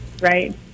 right